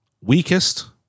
weakest